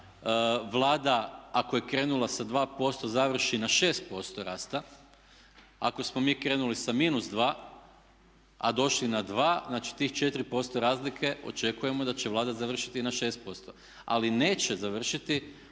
Vlada ako je krenula sa 2% završi na 6% rasta. Ako smo mi krenuli sa -2 a došli na 2, znači tih 4% razlike očekujemo da će Vlada završiti na 6%. Ali neće završiti